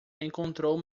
encontrou